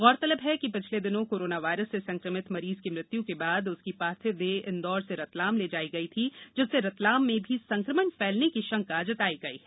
गौरतलब है कि पिछले दिनों कोरोना वायरस से संक्रमित मरीज की मृत्यु के बाद उसकी पार्थिव देह इंदौर से रतलाम ले जाई गई थी जिससे रतलाम में भी संक्रमण फेलने की शंका जताई गई है